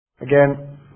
Again